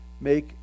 Make